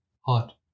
Hot